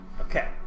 Okay